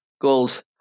Gold